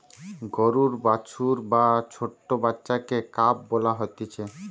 গরুর বাছুর বা ছোট্ট বাচ্চাকে কাফ বলা হতিছে